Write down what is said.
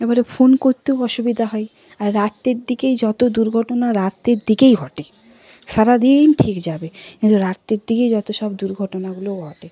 এবারে ফোন করতেও অসুবিধা হয় আর রাত্রের দিকেই যত দুর্ঘটনা রাত্রের দিকেই ঘটে সারা দিন ঠিক যাবে রাত্রের দিকেই যত সব দুর্ঘটনাগুলো ঘটে